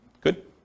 Good